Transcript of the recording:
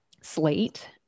slate